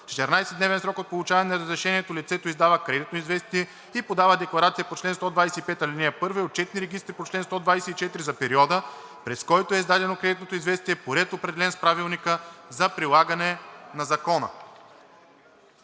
14-дневен срок от получаване на разрешението лицето издава кредитно известие и подава декларация по чл. 125, ал. 1 и отчетни регистри по чл. 124 за периода, през който е издадено кредитното известие, по ред, определен с правилника за прилагане на закона.“